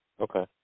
Okay